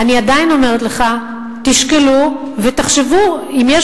אני עדיין אומרת לך: תשקלו ותחשבו אם יש